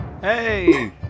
Hey